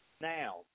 now